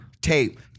tape